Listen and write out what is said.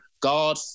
God